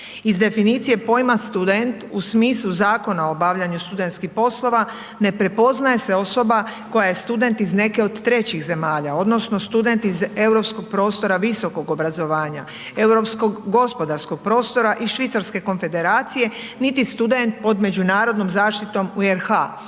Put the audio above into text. Iz definicije pojma student u smislu Zakona o obavljanju studentskih poslova, ne prepoznaje se osoba koja je student iz neke od trećih zemalja, odnosno student iz europskog prostora visokog obrazovanja, europskog gospodarskog prostora i Švicarske Konfederacije niti student pod međunarodnom zaštitom u RH,